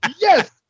yes